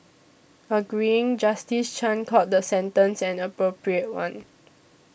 agreeing Justice Chan called the sentence an appropriate one